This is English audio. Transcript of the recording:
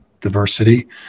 diversity